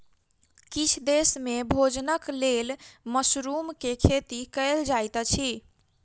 किछ देस में भोजनक लेल मशरुम के खेती कयल जाइत अछि